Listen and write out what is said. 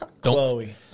Chloe